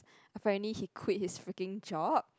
apparently he quit his freaking job